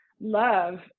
love